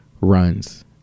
runs